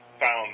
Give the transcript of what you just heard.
found